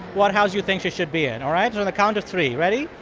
what house you think she should be in, all right? so on the count of three ready?